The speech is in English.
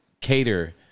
cater